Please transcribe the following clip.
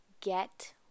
get